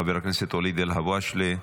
חבר הכנסת ואליד אלהואשלה,